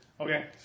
Okay